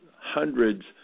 hundreds